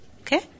Okay